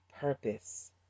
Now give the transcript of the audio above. purpose